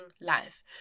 life